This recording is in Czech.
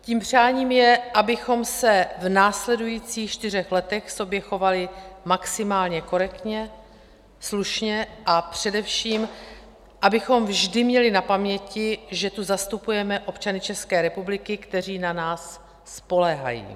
Tím přáním je, abychom se v následujících čtyřech letech k sobě chovali maximálně korektně, slušně, a především abychom vždy měli na paměti, že tu zastupujeme občany České republiky, kteří na nás spoléhají.